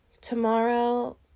tomorrow